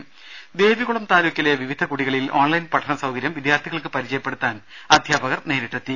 രുമ ദേവികുളം താലൂക്കിലെ വിവിധ കുടികളിൽ ഓൺലൈൻ പഠന സൌകര്യം വിദ്യാർത്ഥികൾക്ക് പരിചയപ്പെടുത്താൻ അധ്യാപകർ നേരിട്ടെത്തി